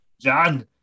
John